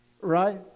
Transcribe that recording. right